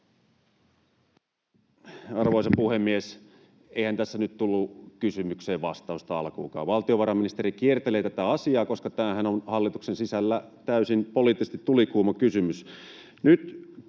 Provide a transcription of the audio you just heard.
Arvoisa puhemies! Eihän tässä nyt tullut kysymykseen vastausta alkuunkaan. Valtiovarainministeri kiertelee tätä asiaa, koska tämähän on hallituksen sisällä poliittisesti täysin tulikuuma kysymys.